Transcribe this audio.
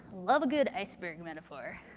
love a good iceberg metaphor.